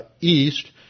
east